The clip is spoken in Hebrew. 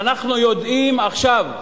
אנחנו יודעים עכשיו,